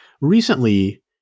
recently